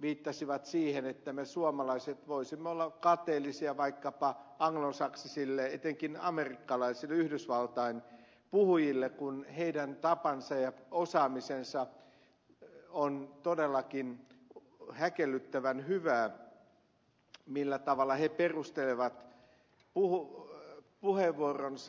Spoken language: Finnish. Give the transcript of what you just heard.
viittasivat siihen että me suomalaiset voisimme olla kateellisia vaikkapa anglosaksisille etenkin amerikkalaisille yhdysvaltain puhujille kun heidän tapansa puhua ja osaamisensa on todellakin häkellyttävän hyvää millä tavalla he perustelevat puheenvuoronsa